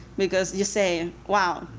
because you say, wow,